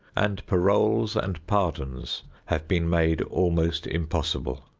and paroles and pardons have been made almost impossible.